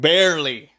Barely